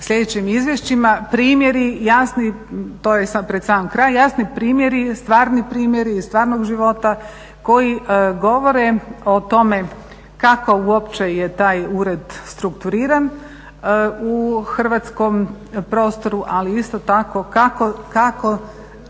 sljedećim izvješćima. Primjeri jasni, to je pred sam kraj, jasni primjeri, stvarni primjeri iz stvarnog života koji govore o tome kako uopće je taj ured strukturiran u hrvatskom prostoru, ali isto tako kako